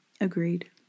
Agreed